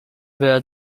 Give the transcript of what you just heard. where